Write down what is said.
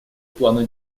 плана